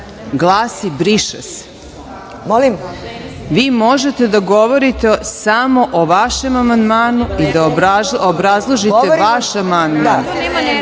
glasi – briše se. Vi možete da govorite samo o vašem amandmanu i da obrazložite vaš amandman. Vi